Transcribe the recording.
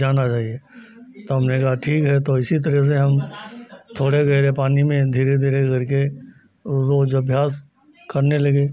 जाना चाहिए तो हमने कहा ठीक है तो इसी तरह से हम थोड़े गहरे पानी में धीरे धीरे करके और रोज़ अभ्यास करने लगे